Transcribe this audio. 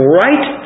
right